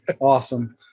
Awesome